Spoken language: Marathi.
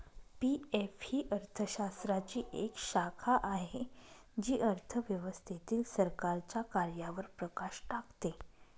पी.एफ ही अर्थशास्त्राची एक शाखा आहे जी अर्थव्यवस्थेतील सरकारच्या कार्यांवर प्रकाश टाकते